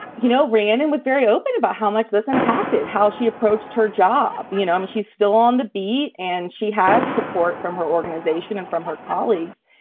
you know, ran and was very open about how much this impacted, how she approached her job. you know, um she's still on the beat. and she has support from her organization and from her colleagues.